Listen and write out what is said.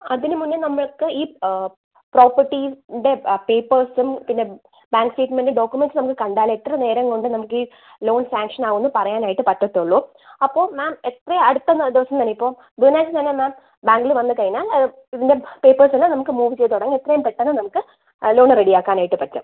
അതിന് മുന്നേ നമ്മൾക്ക് ഈ പ്രോപ്പർട്ടീൻ്റെ ആ പേപ്പേഴ്സും പിന്നെ ബാങ്ക് സ്റ്റേറ്റ്മെൻറ്റ് ഡോക്യൂമെൻറ്റ്സ് ഒന്ന് കണ്ടാൽ എത്ര നേരം കൊണ്ട് നമ്മൾക്ക് ഈ ലോൺ സാംഗ്ഷൻ ആവുമെന്ന് പറയാനായിട്ട് പറ്റുകയുള്ളൂ അപ്പോൾ മാം എത്ര അടുത്ത ദിവസം തന്നെ ഇപ്പോൾ ബുധനാഴ്ച തന്നെ മാം ബാങ്കിൽ വന്ന് കഴിഞ്ഞാൽ ആ ഇതിൻ്റെ പേപ്പേഴ്സ് എല്ലാം മൂവ് ചെയ്ത് തുടങ്ങാം എത്രയും പെട്ടെന്ന് നമ്മൾക്ക് ആ ലോണ് റെഡി ആക്കാനായിട്ട് പറ്റും